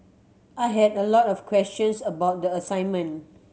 I had a lot of questions about the assignment